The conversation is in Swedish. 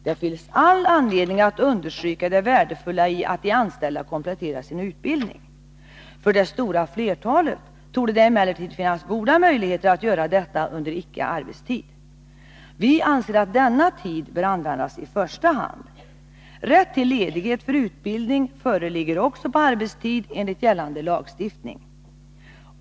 Det finns all anledning att understryka det värdefulla i att de anställda kompletterar sin utbildning. För det stora flertalet torde det emellertid finnas goda möjligheter att göra detta under icke arbetstid. Vi anser att denna tid bör utnyttjas i första hand. Rätt till ledighet för utbildning föreligger också på arbetstid enligt gällande lagstiftning.